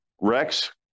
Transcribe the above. Rex